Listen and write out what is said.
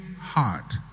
heart